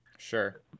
Sure